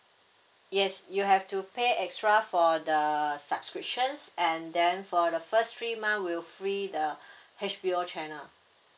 yes you have to pay extra for the subscriptions and then for the first three month will free the H_B_O channel